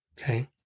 okay